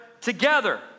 together